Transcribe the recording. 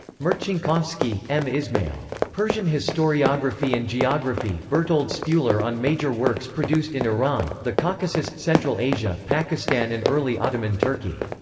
marcinkowski, m. ismail. persian historiography and geography bertold spuler on major works produced in iran, the caucasus, central asia, pakistan and early ottoman turkey.